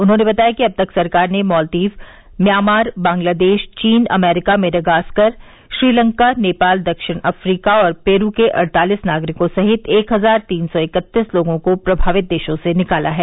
उन्होंने बताया कि अब तक सरकार ने मालदीव म्यांमार बांग्लादेश चीन अमरीका मेडागास्कर श्रीलंका नेपाल दक्षिण अफ्रीका और पेरू के अड़तालीस नागरिकों सहित एक हजार तीन सौ इकत्तीस लोगों को प्रभावित देशों से निकाला है